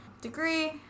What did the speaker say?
degree